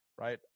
Right